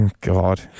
God